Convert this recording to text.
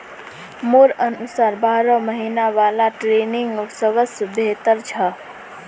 मोर अनुसार बारह महिना वाला ट्रेनिंग सबस बेहतर छ